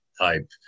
type